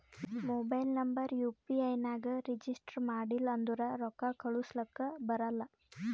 mobile number U P I ನಾಗ್ register ಮಾಡಿಲ್ಲ ಅಂದುರ್ ರೊಕ್ಕಾ ಕಳುಸ್ಲಕ ಬರಲ್ಲ